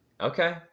Okay